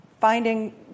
finding